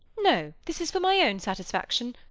no. this is for my own satis faction.